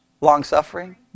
Long-suffering